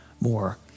more